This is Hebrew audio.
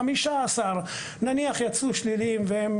15 נניח יצאו שליליים והם